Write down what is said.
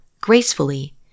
gracefully